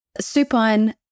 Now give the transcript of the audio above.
supine